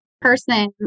person